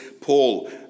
Paul